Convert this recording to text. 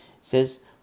says